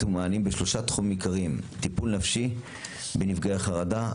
ומענים בשלושה תחומים עיקריים: טיפול נפשי בנפגעי חרדה,